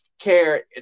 care